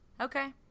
Okay